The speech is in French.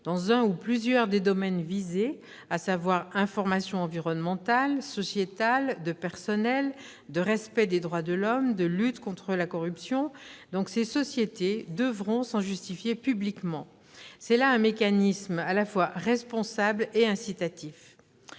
dans un ou plusieurs des domaines visés- informations environnementales, sociales, de personnel, de respect des droits de l'homme et de lutte contre la corruption -devront s'en justifier publiquement. C'est là un mécanisme à la fois responsable et incitatif.